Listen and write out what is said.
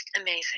amazing